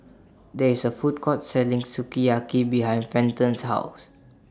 There IS A Food Court Selling Sukiyaki behind Fenton's House